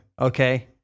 okay